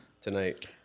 Tonight